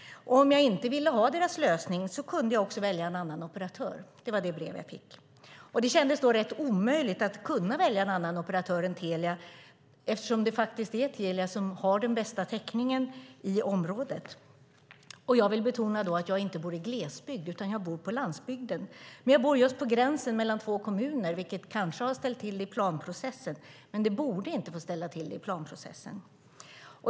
Om jag inte ville ha deras lösning kunde jag välja en annan operatör. Det var det brev jag fick. Det kändes rätt omöjligt att välja en annan operatör än Telia eftersom det är Telia som har den bästa täckningen i området. Jag vill betona att jag inte bor i glesbygd, utan jag bor på landsbygden men just på gränsen mellan två kommuner, vilket kanske har ställt till i planprocessen, men det borde inte få ställa till i planprocessen.